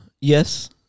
Yes